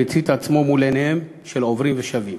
מול עיניהם של עוברים ושבים.